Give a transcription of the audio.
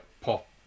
pop